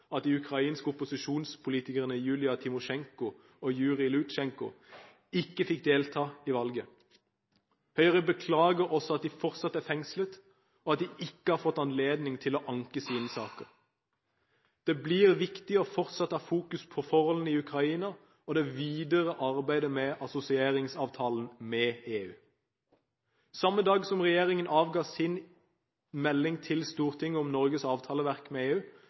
at de ukrainske opposisjonspolitikerne Julia Timosjenko og Jurij Lutsenko ikke fikk delta i valget. Høyre beklager også at de fortsatt er fengslet, og at de ikke har fått anledning til å anke sine saker. Det blir viktig fortsatt å fokusere på forholdene i Ukraina og det videre arbeidet med assosieringsavtalen med EU. Samme dag som regjeringen avga sin melding til Stortinget om Norges avtaleverk med EU,